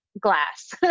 glass